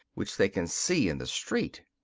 which they can see in the street.